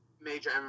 major